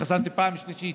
התחסנתי בפעם השלישית.